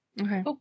okay